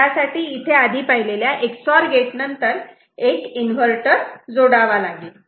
त्यासाठी इथे आधी पाहिलेल्या Ex OR गेटनंतर एक इन्व्हर्टर जोडावा लागेल